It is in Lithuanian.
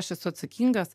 aš esu atsakingas